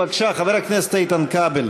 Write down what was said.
בבקשה, חבר הכנסת איתן כבל.